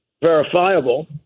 verifiable